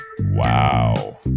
Wow